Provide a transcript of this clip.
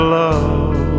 love